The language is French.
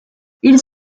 ils